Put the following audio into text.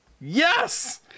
Yes